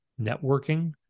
networking